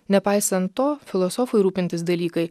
nepaisant to filosofui rūpintys dalykai